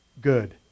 good